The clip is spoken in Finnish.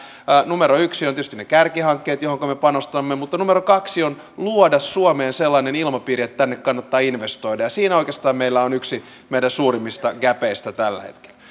numero yksi on tietysti ne kärkihankkeet joihinka me panostamme mutta numero kaksi on luoda suomeen sellainen ilmapiiri että tänne kannattaa investoida ja siinä oikeastaan meillä on yksi meidän suurimmista gäpeistämme tällä hetkellä